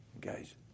Guys